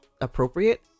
appropriate